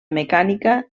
mecànica